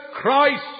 Christ